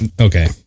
Okay